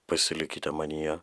pasilikite manyje